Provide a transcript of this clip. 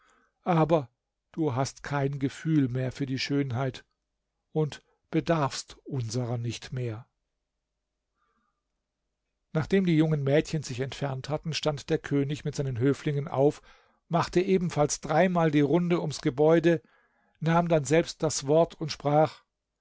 aber du hast kein gefühl mehr für die schönheit und bedarfst unserer nicht mehr nachdem die jungen mädchen sich entfernt hatten stand der könig mit seinen höflingen auf machte ebenfalls dreimal die runde ums gebäude nahm dann selbst das wort und sprach